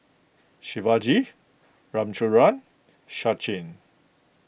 Shivaji Ramchundra Sachin